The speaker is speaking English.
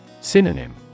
Synonym